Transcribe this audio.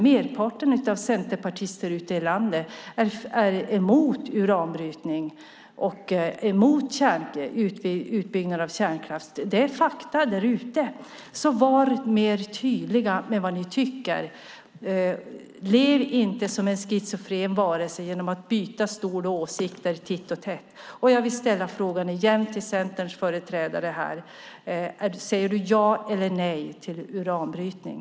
Merparten av centerpartisterna ute i landet är emot uranbrytning och emot utbyggnad av kärnkraft. Det är fakta där ute. Så var mer tydliga med vad ni tycker. Lev inte som en schizofren varelse genom att byta stol och åsikter titt som tätt! Jag vill ställa frågan igen till Centerns företrädare här: Säger du ja eller nej till uranbrytning?